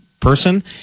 person